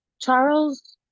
Charles